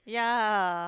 yeah